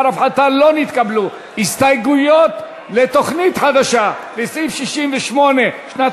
ההסתייגויות לסעיף 68, רשות